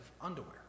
underwear